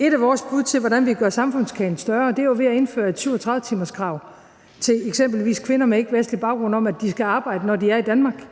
Et af vores bud på, hvordan vi gør samfundskagen større, er at indføre et 37-timerskrav til eksempelvis kvinder med ikkevestlig baggrund om, at de skal arbejde, når de er i Danmark.